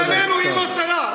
בגללנו היא לא שרה.